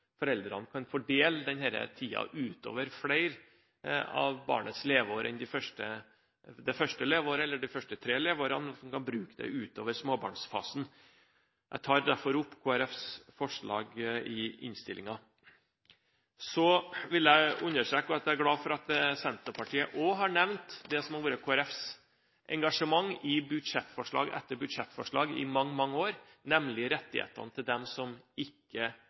foreldrene kan fordele denne tiden utover flere av barnets leveår enn det første leveåret eller de første tre leveårene, og at en kan bruke den utover småbarnsfasen. Jeg tar derfor opp Kristelig Folkepartis forslag i innstillingen. Så vil jeg understreke at jeg er glad for at Senterpartiet også har nevnt det som har vært Kristelig Folkepartis engasjement i budsjettforslag etter budsjettforslag i mange, mange år, nemlig rettighetene til dem som ikke